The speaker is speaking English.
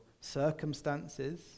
circumstances